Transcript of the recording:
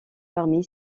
parmi